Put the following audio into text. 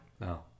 No